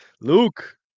Luke